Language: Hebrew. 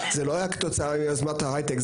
זה לא היה כתוצאה מיוזמת ההייטק,